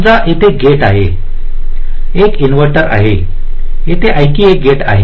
समजा इथे गेट आहे एक इन्व्हर्टर आहे इथे आणखी एक गेट आहे